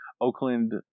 Oakland